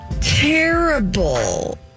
terrible